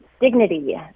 dignity